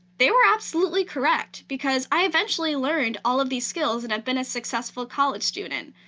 they were absolutely correct, because i eventually learned all of these skills and i've been a successful college student,